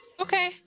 Okay